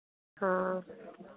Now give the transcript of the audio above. हाँ